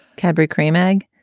cadbury creme egg.